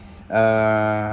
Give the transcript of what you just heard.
uh